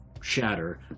shatter